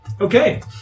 Okay